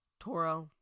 Toro